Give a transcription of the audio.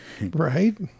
Right